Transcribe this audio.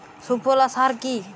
সুফলা সার কি?